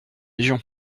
légion